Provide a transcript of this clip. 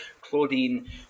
Claudine